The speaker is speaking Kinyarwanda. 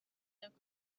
myaka